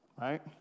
right